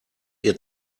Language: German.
ihr